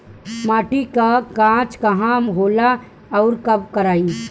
माटी क जांच कहाँ होला अउर कब कराई?